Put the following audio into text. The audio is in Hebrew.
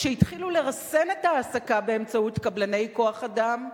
כשהתחילו לרסן את ההעסקה באמצעות קבלני כוח-אדם,